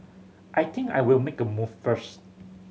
I think I'll make a move first